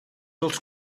els